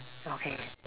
okay